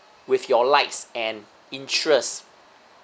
with your likes and interest